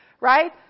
right